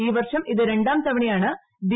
ഈ വർഷം ഇത് രണ്ടാം തവണയാണ് ഡി